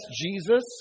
Jesus